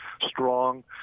strong